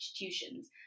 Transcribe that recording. institutions